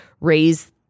raise